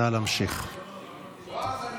נא להמשיך.